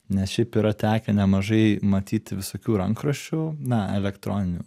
nes šiaip yra tekę nemažai matyti visokių rankraščių na elektroninių